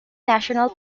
national